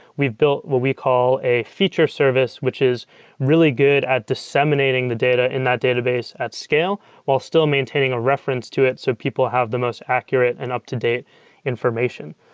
we've built what we call a feature service, which is really good at disseminating the data in that database at scale while still maintaining a reference to it so people have the most accurate and up-to-date information.